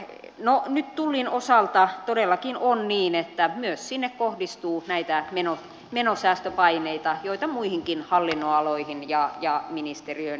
no nyt tullin osalta todellakin on niin että myös sinne kohdistuu näitä menosäästöpaineita joita muihinkin hallinnonaloihin ja ministeriöön kohdistuu